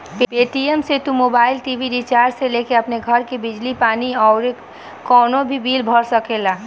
Paytm से तू mobile, TV recharge से लेके अपनी घर के बिजली पानी अउरी कवनो भी बिल भर सकेला